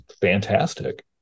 fantastic